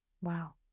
Wow